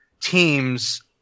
teams